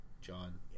John